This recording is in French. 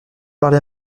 parler